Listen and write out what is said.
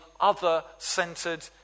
other-centered